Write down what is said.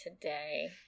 today